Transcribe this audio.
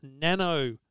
Nano